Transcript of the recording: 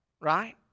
right